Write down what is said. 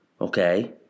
Okay